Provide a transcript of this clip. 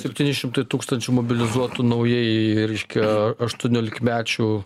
septyni šimtai tūkstančių mobilizuotų naujai reiškia aštuoniolikmečių